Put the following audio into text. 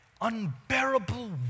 unbearable